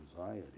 anxiety